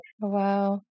Wow